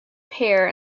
pear